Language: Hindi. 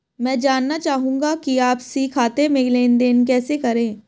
मैं जानना चाहूँगा कि आपसी खाते में लेनदेन कैसे करें?